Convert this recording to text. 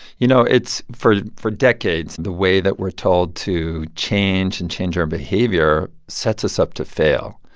you know, it's for for decades, the way that we're told to change and change our behavior sets us up to fail.